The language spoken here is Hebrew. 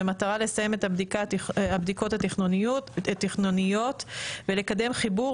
במטרה לסיים את הבדיקות התכנוניות ולקדם חיבור